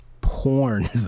porn